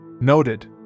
Noted